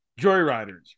joyriders